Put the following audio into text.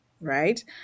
right